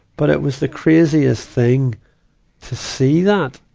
but it was the craziest thing to see that.